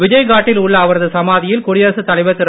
விஜய்காட்டில் உள்ள அவரது சமாதியில் குடியரசுத் தலைவர் திரு